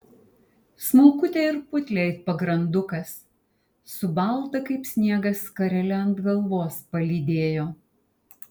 smulkutę ir putlią it pagrandukas su balta kaip sniegas skarele ant galvos palydėjo